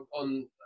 on